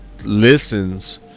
listens